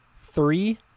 Three